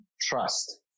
trust